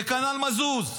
וכנ"ל מזוז.